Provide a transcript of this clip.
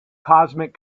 cosmic